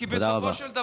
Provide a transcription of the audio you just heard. תודה רבה.